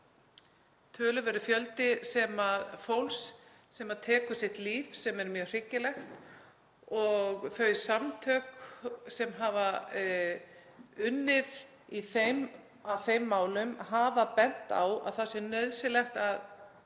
töluverður fjöldi fólks sem tekur sitt líf sem er mjög hryggilegt, og þau samtök sem hafa unnið að þeim málum hafa bent á að það sé nauðsynlegt að